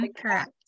Correct